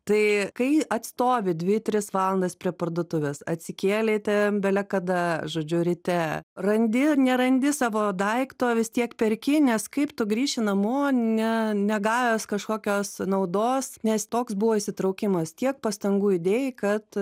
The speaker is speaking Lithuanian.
tai kai atstovi dvi tris valandas prie parduotuvės atsikėlei ten belekada žodžiu ryte randi ar nerandi savo daikto vis tiek perki nes kaip tu grįši namo ne negavęs kažkokios naudos nes toks buvo įsitraukimas tiek pastangų įdėjai kad